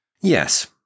Yes